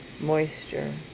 moisture